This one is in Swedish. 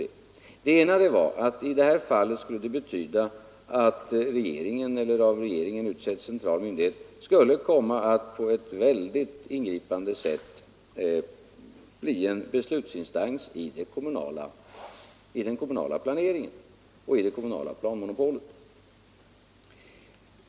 Det ena motivet var att det i detta fall skulle betyda att regeringen eller av regeringen utsedd central myndighet på ett mycket ingripande sätt skulle bli en beslutsinstans i den kommunala planeringen och i det kommunala planmonopolet.